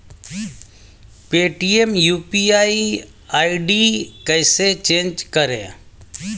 Paytm UPI ID कैसे change करें?